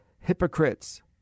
hypocrites